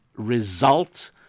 result